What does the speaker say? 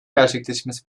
gerçekleşmesi